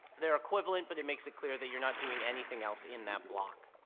there equivalent but it makes it clear that you're not doing anything else in that block.